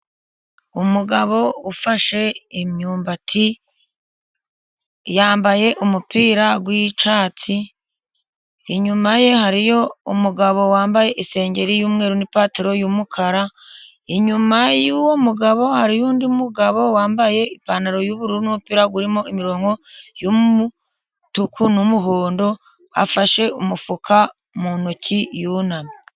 Umugabo ufashe imyumbati yambaye umupira w'icyatsi, inyuma ye hariyo umugabo wambaye isengeri y'umweru n'ipantaro y'umukara. Inyuma y'uwo mugabo hari undi mugabo wambaye ipantaro y'ubururu n'umupira urimo imironko y'umutuku n'umuhondo, afashe umufuka mu ntoki yunamye.